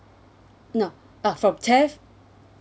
no uh from theft